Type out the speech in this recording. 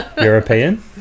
European